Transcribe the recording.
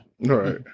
Right